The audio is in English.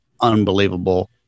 unbelievable